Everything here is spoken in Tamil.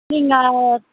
நீங்கள்